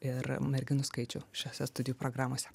ir merginų skaičių šiose studijų programose